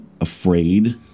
afraid